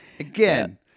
Again